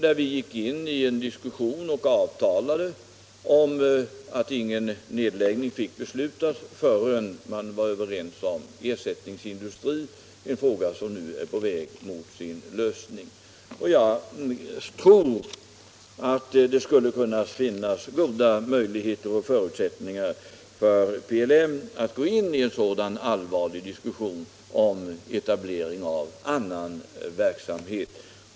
Där gick vi in i en diskussion och avtalade att ingen nedläggning fick beslutas förrän man var överens om ersättningsindustri - en fråga som nu är på väg mot sin lösning. Jag tror det finns goda möjligheter för PLM att gå in i en sådan allvarlig diskussion om etablering av annan verksamhet.